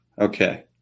Okay